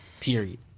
period